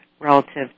relative